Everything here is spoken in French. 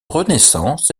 renaissance